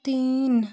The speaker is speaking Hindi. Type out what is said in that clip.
तीन